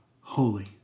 holy